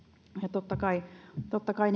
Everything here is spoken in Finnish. totta kai totta kai